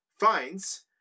finds